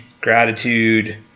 gratitude